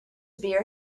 beer